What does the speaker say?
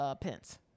Pence